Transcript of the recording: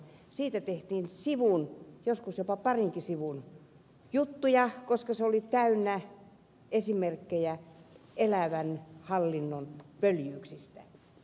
siitä tehtiin sivun joskus jopa parinkin sivun juttuja koska se oli täynnä esimerkkejä elävän hallinnon pöljyyksistä